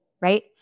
right